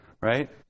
Right